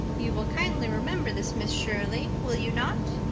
you will kindly remember this, miss shirley, will you not?